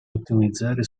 ottimizzare